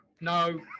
no